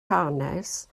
hanes